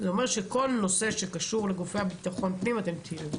זה אומר שכל נושא שקשור לגופי ביטחון הפנים אתם תהיו,